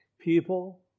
people